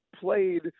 Played